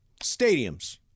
Stadiums